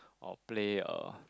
or play uh